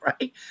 right